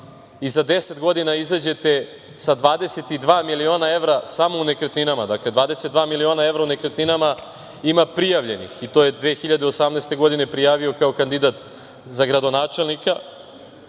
i za deset godina izađete sa 22 miliona evra samo u nekretninama. Dakle, 22 miliona evra samo u nekretninama ima prijavljenih i to je u 2018. godini prijavio kao kandidat za gradonačelnika,